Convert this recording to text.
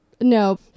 no